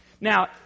Now